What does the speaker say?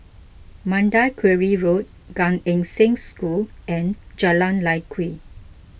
Mandai Quarry Road Gan Eng Seng School and Jalan Lye Kwee